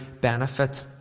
benefit